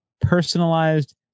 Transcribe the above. personalized